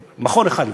מכון אחד לפחות.